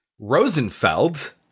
rosenfeld